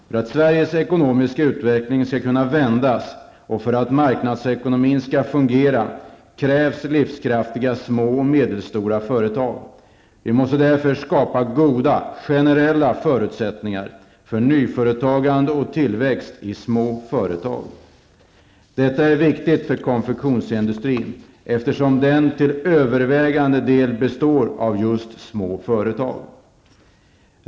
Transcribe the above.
För att Sveriges ekonomiska utveckling skall kunna vändas och för att marknadsekonomin skall fungera krävs livskraftiga små och medelstora företag. Vi måste därför skapa goda generella förutsättningar för nyföretagande och tillväxt i små företag. Detta är viktigt för konfektionsindustrin, eftersom den till övervägande del består av just små företag.